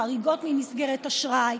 חריגות ממסגרת אשראי,